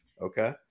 Okay